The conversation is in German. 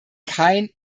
kein